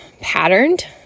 patterned